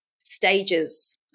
stages